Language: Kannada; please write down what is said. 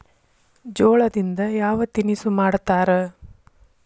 ಜೋಳದಿಂದ ಯಾವ ತಿನಸು ಮಾಡತಾರ?